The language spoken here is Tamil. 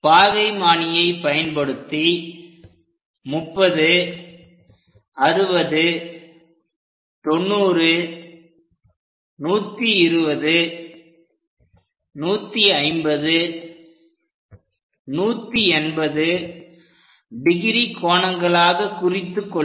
பாகைமானியை பயன்படுத்தி 30 60 90 120 150 180 டிகிரி கோணங்களாக குறித்து கொள்க